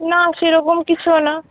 না সেরকম কিছুও না